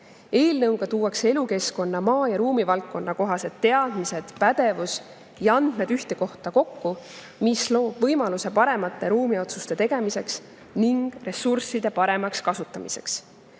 Eelnõuga tuuakse elukeskkonna ning maa‑ ja ruumivaldkonna kohased teadmised, pädevus ja andmed ühte kohta kokku, mis loob võimaluse paremate ruumiotsuste tegemiseks ning ressursside paremaks kasutamiseks.